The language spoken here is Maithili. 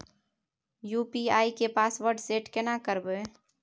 यु.पी.आई के पासवर्ड सेट केना करबे?